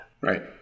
right